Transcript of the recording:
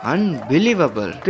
Unbelievable